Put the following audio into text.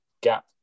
gap